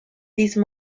these